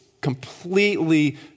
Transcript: completely